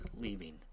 leaving